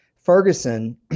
Ferguson